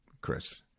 Chris